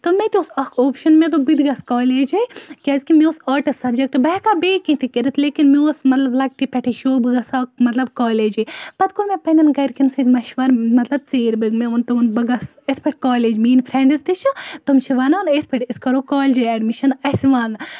تہٕ مےٚ تہِ اوس اکھ اوپشَن مےٚ دوٚپ بہٕ تہٕ گَژھہٕ کالجاے کیازکہِ مےٚ اوس آٹس سَبجَکٹ بہٕ ہیٚکہٕ ہا بیٚیہِ کینٛہہ تہِ کٔرِتھ لیکن مےٚ اوس مَطلَب لَکٹہِ پیٚٹھے شوق بہٕ گَژھ ہا مَطلَب کالج پَتہٕ کوٚر مےٚ پَننٮ۪ن گَرکیٚن سۭتۍ مَشوَر مَطلَب ژیٖر بٲگۍ مےٚ ووٚن تِمَن بہٕ گَژھِ یِتھ پٲٹھۍ کالج مینۍ فرنڈس تہِ چھِ تِم چھِ وَنان یِتھ پٲٹھۍ أسۍ کَرو کالجہِ ایٚڈمِشَن اَسہِ وَن